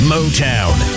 Motown